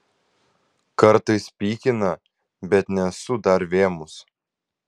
kartais pykina bet nesu dar vėmus